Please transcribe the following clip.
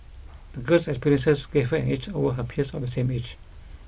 the girl's experiences gave her an edge over her peers of the same age